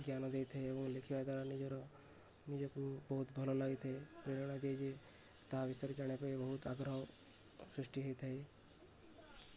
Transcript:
ଜ୍ଞାନ ଦେଇଥାଏ ଏବଂ ଲେଖିବା ଦ୍ୱାରା ନିଜର ନିଜକୁ ବହୁତ ଭଲ ଲାଗିଥାଏ ପ୍ରେରଣା ଦିଏ ଯେ ତାହା ବିଷୟରେ ଜାଣିବା ପାଇଁ ବହୁତ ଆଗ୍ରହ ସୃଷ୍ଟି ହୋଇଥାଏ